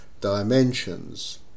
dimensions